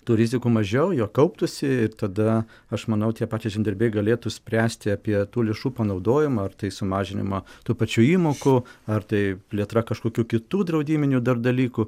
tų rizikų mažiau jie kauptųsi tada aš manau tie patys žemdirbiai galėtų spręsti apie tų lėšų panaudojimą ar tai sumažinimą tų pačių įmokų ar tai plėtra kažkokių kitų draudiminių dar dalykų